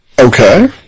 Okay